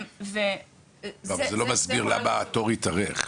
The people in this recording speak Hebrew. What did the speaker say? אבל זה לא מסביר למה התור התארך.